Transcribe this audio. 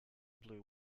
blue